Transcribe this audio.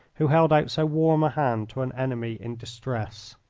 who held out so warm a hand to an enemy in distress.